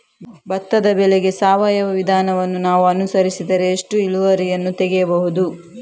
ಭತ್ತದ ಬೆಳೆಗೆ ಸಾವಯವ ವಿಧಾನವನ್ನು ನಾವು ಅನುಸರಿಸಿದರೆ ಎಷ್ಟು ಇಳುವರಿಯನ್ನು ತೆಗೆಯಬಹುದು?